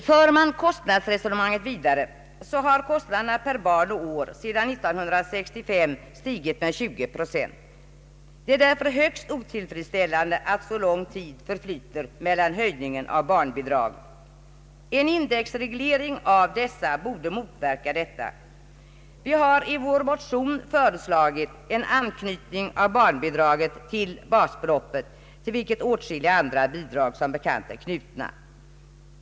För man kostnadsresonemanget vidare, finner man att kostnaden per barn och år sedan 1965 har stigit med 20 procent. Det är högst otillfredsställande att så lång tid förflyter mellan höjningarna av barnbidragen. En indexreglering av barnbidragen borde motverka detta. Vi har i vår motion föreslagit en anknyttning av barnbidraget till basbeloppet, till vilket åtskilliga andra bidrag som bekant är knutna.